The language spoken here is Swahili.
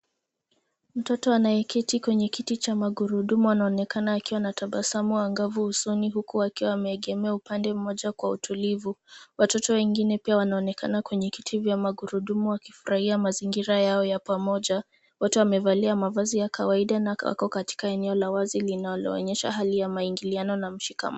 Mtoto anayeketi kwenye kiti cha magurudumu anaonekana akiwa na tabasamu angavu usoni huku akiwa ameegemea upande mmoja kwa utulivu. Watoto wengine pia wanaonekana kwenye kiti vya magurudumu wakifurahia mazingira yao ya pamoja, wote wamevalia mavazi ya kawaida na wako katika eneo la wazi linaloonyesha hali ya maingiliano na mshikamano.